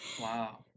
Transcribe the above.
Wow